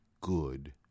good